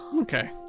Okay